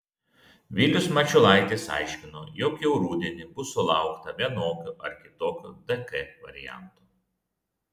vilius mačiulaitis aiškino jog jau rudenį bus sulaukta vienokio ar kitokio dk varianto